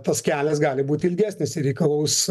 tas kelias gali būti ilgesnis ir reikalaus